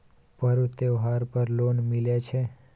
पर्व त्योहार पर लोन मिले छै?